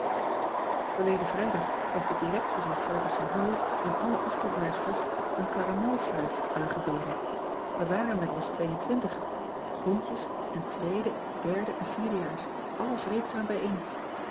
erleden rijdag heeft de directie van ergrussen all aan alle achterblijfsters een caramelfuif aangeboden ij waren met ons tweeëntwintigen groentjes en tweede derde en vierdejaars allen vreedzaam bijeen